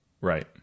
Right